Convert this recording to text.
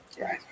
right